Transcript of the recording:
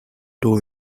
two